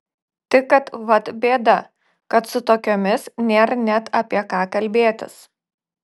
tik kad vat bėda kad su tokiomis nėr net apie ką kalbėtis